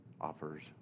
offers